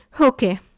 Okay